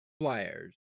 Flyers